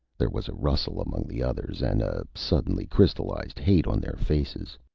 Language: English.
there was a rustle among the others, and a suddenly crystallized hate on their faces.